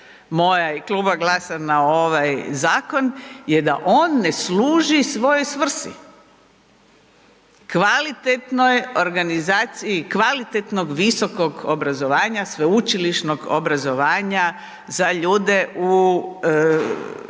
moja je, Kluba GLAS-a na ovaj zakon je da on ne služi svojoj svrsi. Kvalitetno je organizaciji kvalitetnog visokog obrazovanja, sveučilišnog obrazovanja za ljude u